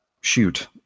shoot